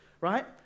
Right